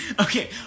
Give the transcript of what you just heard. Okay